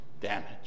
damage